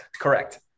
Correct